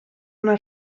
una